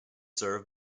served